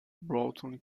broughton